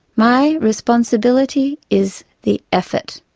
my responsibility is the effort.